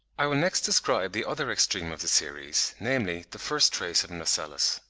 i will next describe the other extreme of the series, namely, the first trace of an ocellus.